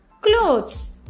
clothes